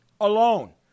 alone